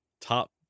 top